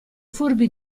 furbi